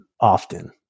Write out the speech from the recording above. often